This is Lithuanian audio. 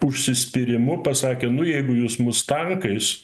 užsispyrimu pasakė nu jeigu jūs mus tankais